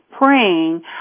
praying